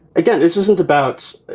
again, this isn't about,